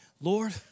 Lord